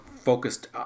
focused